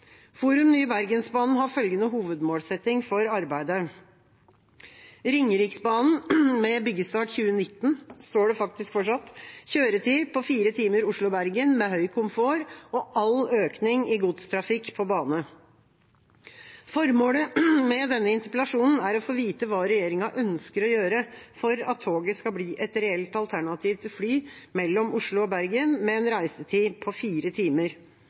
Forum Nye Bergensbanen har følgende hovedmålsetting for arbeidet: Ringeriksbanen, med byggestart – det står faktisk fortsatt – i 2019, kjøretid på fire timer Oslo–Bergen med høy komfort og all økning i godstrafikk på bane. Formålet med denne interpellasjonen er å få vite hva regjeringa ønsker å gjøre for at toget skal bli et reelt alternativ til fly mellom Oslo og Bergen med en reisetid på fire timer.